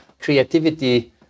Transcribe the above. creativity